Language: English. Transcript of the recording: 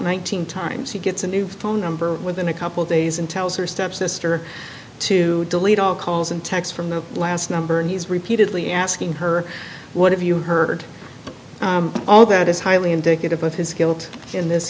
thousand times he gets a new phone number within a couple days and tells her stepsister to delete all calls and text from the last number and he's repeatedly asking her what have you heard all that is highly indicative of his guilt in this